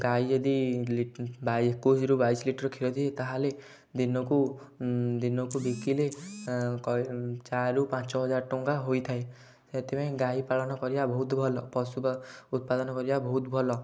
ଗାଈ ଯଦି ଏକୋଇଶିରୁ ବାଇଶି ଲିଟର୍ କ୍ଷୀର ଦିଏ ତା'ହେଲେ ଦିନକୁ ଦିନକୁ ବିକିଲେ ଚାରିରୁ ପାଞ୍ଚ ହଜାର ଟଙ୍କା ହୋଇଥାଏ ସେଥିପାଇଁ ଗାଈ ପାଳନ କରିବା ବହୁତ ଭଲ ପଶୁ ଉତ୍ପାଦନ କରିବା ବହୁତ ଭଲ